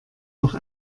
noch